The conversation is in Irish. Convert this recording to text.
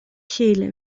chéile